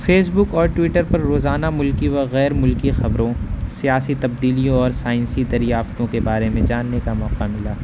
face بک اور Twitter پر روزانہ ملکی و غیر ملکی خبروں سیاسی تبدیلیوں اور سائنسی دریافتوں کے بارے میں جاننے کا موقع ملا